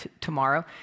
tomorrow